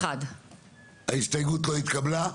ההסתייגות לא התקבלה.